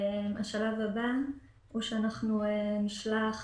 השלב הבא, או שאנחנו נשלח